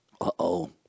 uh-oh